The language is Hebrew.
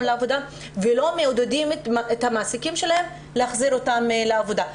לעבודה ולא מעודדים את המעסיקים שלהן להחזיר אותן לעבודה.